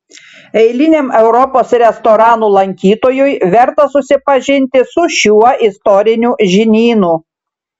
eiliniam europos restoranų lankytojui verta susipažinti su šiuo istoriniu žinynu